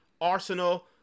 Arsenal